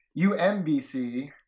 UMBC